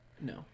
No